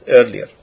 earlier